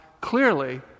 clearly